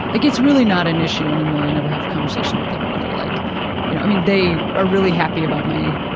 like, it's really not an issue anymore, i never have a conversation with them where they're like you know i mean, they are really happy about my